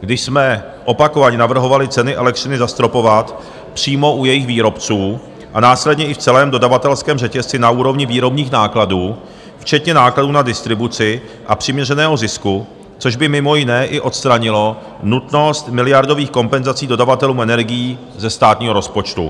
když jsme opakovaně navrhovali ceny elektřiny zastropovat přímo u jejich výrobců a následně i v celém dodavatelském řetězci na úrovni výrobních nákladů včetně nákladů na distribuci a přiměřeného zisku, což by mimo jiné i odstranilo nutnost miliardových kompenzací dodavatelů energií ze státního rozpočtu.